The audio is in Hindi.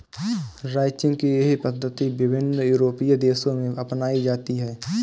रैंचिंग की यह पद्धति विभिन्न यूरोपीय देशों में अपनाई जाती है